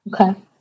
Okay